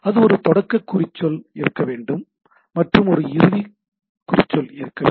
அது ஒரு தொடக்க குறிச்சொல் இருக்க வேண்டும் மற்றும் ஒரு இறுதி குறிச்சொல் இருக்க வேண்டும்